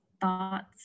thoughts